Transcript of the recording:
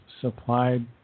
supplied